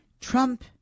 Trump